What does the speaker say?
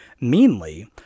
meanly